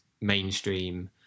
mainstream